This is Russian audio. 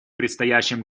предстоящем